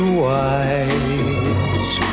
wise